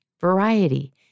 variety